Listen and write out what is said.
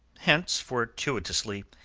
hence, fortuitously,